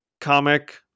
comic